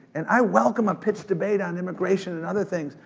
and i welcome a pitched debate on immigration, and other things,